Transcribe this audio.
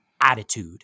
attitude